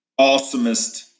Awesomest